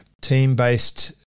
team-based